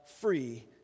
free